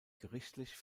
gerichtlich